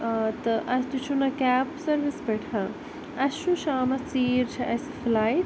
ٲں تہٕ آ تُہۍ چھُو نا کیب سٔروِس پٮ۪ٹھ اسہِ چھُ شامَس ژیٖرۍ چھِ اسہِ فٕلایِٹ